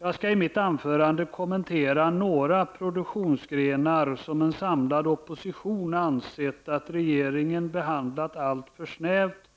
Jag skall i mitt anförande kommentera några produktionsgrenar som en samlad opposition har ansett att regeringen har behandlat allt för snävt